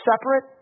separate